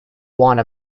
want